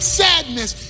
sadness